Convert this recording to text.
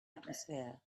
atmosphere